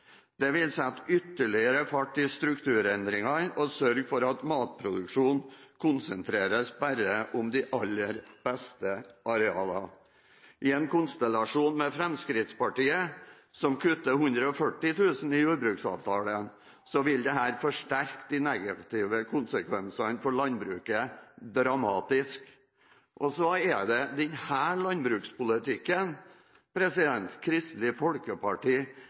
ytterligere fart i strukturendringene og sørge for at matproduksjonen konsentreres bare om de aller beste arealene. I en konstellasjon med Fremskrittspartiet, som kutter 140 000 kr i jordbruksavtalen, vil dette forsterke de negative konsekvensene for landbruket dramatisk. Det er denne landbrukspolitikken Kristelig Folkeparti